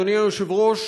אדוני היושב-ראש,